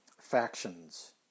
factions